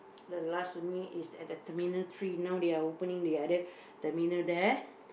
the last only is at the Terminal Three now they are opening the other terminal there